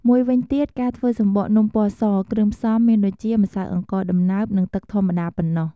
មួយវិញទៀត ការធ្វើសំបកនំពណ៌ស គ្រឿងផ្សំមានដូចជា ម្សៅអង្ករដំណើប និងទឹកធម្មតា ប៉ុណ្ណោះ។